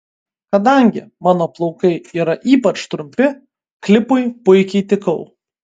kadangi mano plaukai yra ypač trumpi klipui puikiai tikau